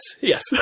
yes